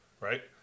Right